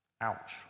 Ouch